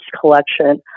collection